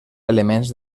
elements